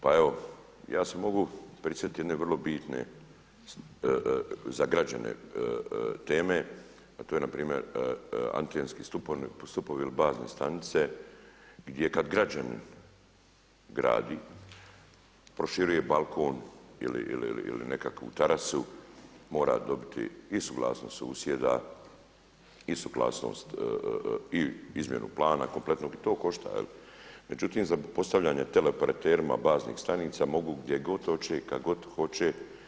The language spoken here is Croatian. Pa evo ja se mogu prisjetiti jedne vrlo bitne za građane teme, a to je npr. antenski stupovi ili bazne stanice gdje kada građanin gradi, proširuje balkon ili nekakvu terasu mora dobiti i suglasnost susjeda i izmjenu plana kompletnog i to košta, međutim za postavljanje teleoperaterima baznih stanica mogu gdje god hoće i kada god hoće.